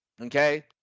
Okay